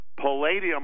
Palladium